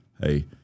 hey